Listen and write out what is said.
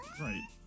right